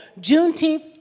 Juneteenth